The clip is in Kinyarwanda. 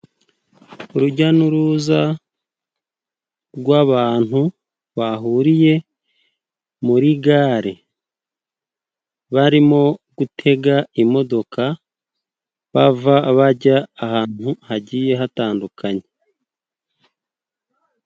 Urujya n'uruza rw'abantu bahuriye muri gare barimo gutega imodoka bava, bajya ahantu hagiye hatandukanye.